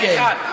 אחד.